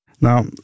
Now